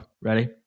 Ready